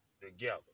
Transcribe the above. together